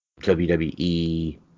WWE